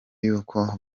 yuko